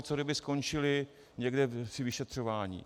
Co kdyby skončili někde při vyšetřování?